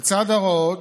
בצד ההוראות,